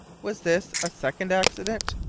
was this a second accident?